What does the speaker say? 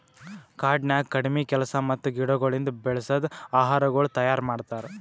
ಕಾಡನ್ಯಾಗ ಕಡಿಮಿ ಕೆಲಸ ಮತ್ತ ಗಿಡಗೊಳಿಂದ್ ಬೆಳಸದ್ ಆಹಾರಗೊಳ್ ತೈಯಾರ್ ಮಾಡ್ತಾರ್